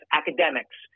academics